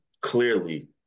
clearly